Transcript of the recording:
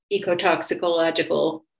ecotoxicological